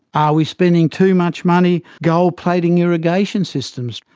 are we spending too much money gold-plating irrigation systems?